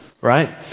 right